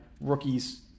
rookie's